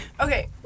Okay